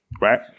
right